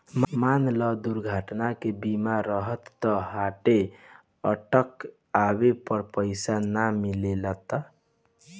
मान ल दुर्घटना के बीमा रहल त हार्ट अटैक आवे पर पइसा ना मिलता